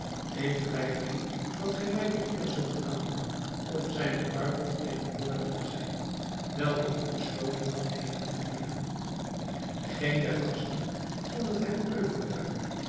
ik vlei mij dat gij mij de eer zult aandoen op zijne bruiloft tegenwoordig te zijn welke ik besloten had heden te vieren geen der gasten kon het hem euvel duiden